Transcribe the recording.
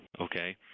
Okay